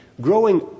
Growing